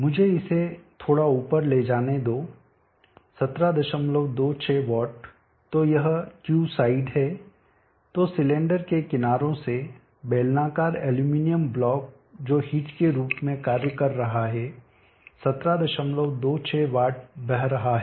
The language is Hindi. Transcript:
मुझे इसे थोड़ा ऊपर ले जाने दो 1726 वाट तो यह Qside है तो सिलेंडर के किनारों से बेलनाकार एल्यूमीनियम ब्लॉक जो हिट के रूप में कार्य कर रहा है 1726 वाट बह रहा है